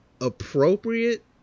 appropriate